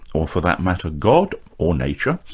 or for that matter, god or nature,